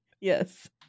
Yes